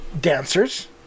dancers